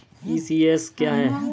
ECS क्या है?